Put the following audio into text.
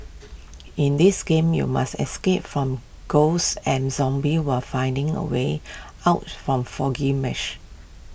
in this game you must escape from ghosts and zombies while finding A way out from foggy mash